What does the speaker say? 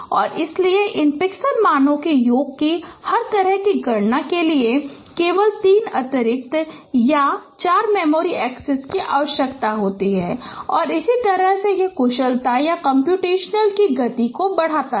और इसलिए इन पिक्सेल मानों के योग की हर तरह की गणना के लिए केवल 3 अतिरिक्त और 4 मेमोरी एक्सेस की आवश्यकता होती है और इस तरह यह कुशलता या कम्प्यूटेशंस की गति को बढ़ाता है